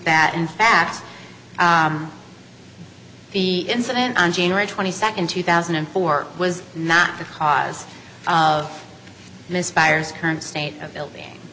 that in fact the incident on january twenty second two thousand and four was not the cause of misfires current state building